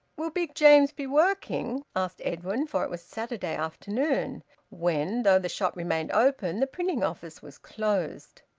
will big james be working? asked edwin, for it was saturday afternoon when, though the shop remained open, the printing office was closed.